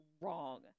wrong